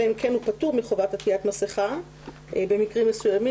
אלא אם כן הוא פטור מחובת עטיית מסכה במקרים מסוימים,